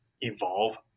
evolve